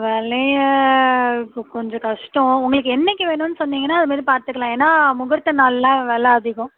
விலைய கொ கொஞ்சம் கஷ்டம் உங்களுக்கு என்னக்கு வேணும்ன்னு சொன்னிங்கனா அது மாதிரி பார்த்துக்கலாம் ஏன்னா முகூர்த்த நாள்லாம் வில அதிகம்